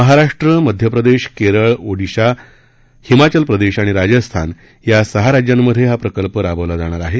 महाराष्ट्र मध्यप्रदेश केरळ ओडीशा हिमाचल प्रदेश आणि राजस्थान या सहा राज्यांमध्ये हा प्रकल्प राबवला जाणार आहे